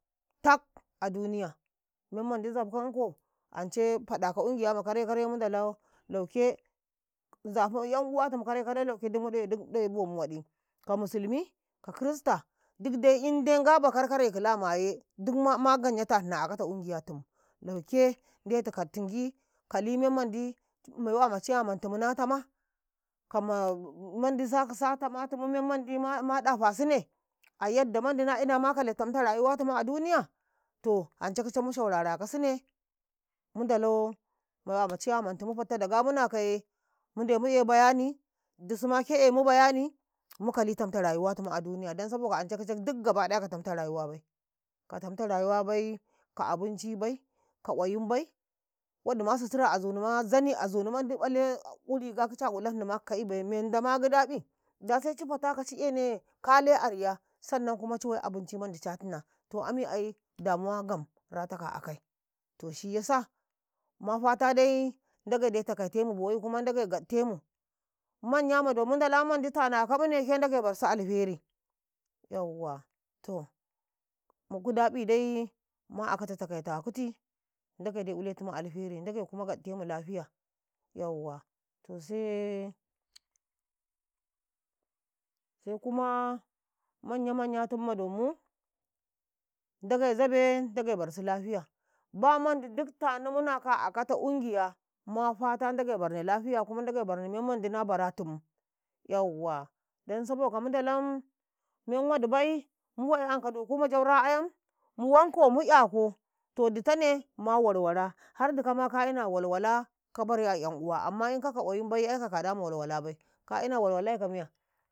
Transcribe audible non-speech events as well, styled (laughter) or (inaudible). ﻿Tak a duniya memmandi zabkanko ance faɗaka ungiya ma karai-karai mundala lauke nzafa 'yan uwatumu kare-kare mundala lauke nzafa ‘yan uwatum kare-kare lauke dumuɗawe duk mu ɗawe bomu waɗi, ka musulmi, ka mandi crista, duk dai indai ngabakarkare kilamaye duk ma ma nganyatahini a akata ungiyatum lauke ndetu kaɗ tingi kali memmandi maiwa ma (unintelligible) na tama kama mandi zaka sa tamatum, (hesitation) mu memmandi ma ɗafasine a yadda mandi ma kale tamta rayuwa tumu a duniya to ance kice mu ɗinya kasine mundolo maiwa ma jogoratumu fatta ndagamuna kaye munde mu e bayanii du suma ke emu bayani mukali tamta rayuwatum a duniya don saboka ance kice duk gaba ɗaya ka tamta rayuwabai ka tamta rayuwabai, ka waɗabai ka qwayimbai, wodima sitira azunima zani a zuni mandi ƃale u riga kice a ulahinima ka ka'ibai, mendoma gidabi da seci fataka ci ene kale a riya sannam kuma ciwai waɗa mandi ca hina, to ami ai damuwa gam rataka a akai to ini zabkau mafatadai ndagaide taqaitemu boyi kumandagai gaɗtemu manya ma donmu ndakmande tanaka mune he ndagai barsu alheri yawwa mu guda ƃidai ma akata taqaita kuti ndagaide uletumu alheri ndagaide kuma gaɗtemu lafiya yawa to see, se kuma manya manya tum madonmu ndagai zabe ndagai barsu lafiya ba mandi duk tani munaka a akata ungiya mafata ndagai barni ,lafiya kuma ndagai kuma ndagai barni memmandi na baratumu yawwa don saboka mun ndalam memwadibai mu uwai anka doku ma jaura ain mu wankau mu 'yako to ditane ma warwara har dukama ka ina walwala ka bare a 'yan uwa amma inkaka qwayim baiye aika ka kadama walwabai ka ina kaɗai kamiya.